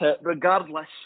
regardless